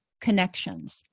connections